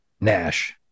Nash